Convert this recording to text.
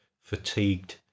fatigued